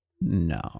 No